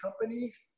companies